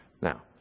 Now